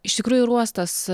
iš tikrųjų ir uostas